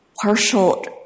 partial